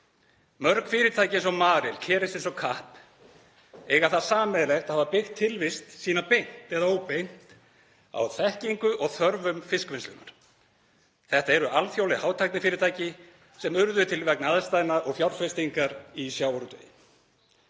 Mörg fyrirtæki, eins og Marel, Kerecis og KAPP, eiga það sameiginlegt að hafa byggt tilvist sína beint eða óbeint á þekkingu og þörfum fiskvinnslunnar. Þetta eru alþjóðleg hátæknifyrirtæki sem urðu til vegna aðstæðna og fjárfestingar í sjávarútvegi.